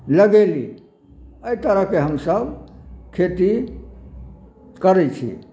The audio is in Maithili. लगेली एहि तरहके हमसब खेती करै छी